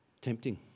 Tempting